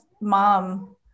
mom